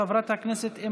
חבר הכנסת ווליד טאהא,